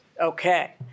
Okay